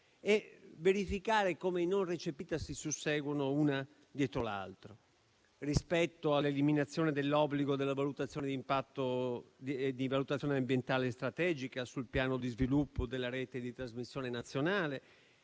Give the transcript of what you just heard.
per verificare come i punti non recepiti si susseguono uno dietro l'altro rispetto, ad esempio, all'eliminazione dell'obbligo della valutazione ambientale e strategica sul piano di sviluppo della rete di trasmissione nazionale